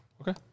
Okay